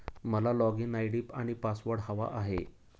मला login ID आणि password हवा आहे